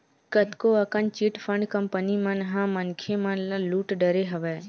कतको अकन chit fund company मन ह मनखे मन ल लुट डरे हवय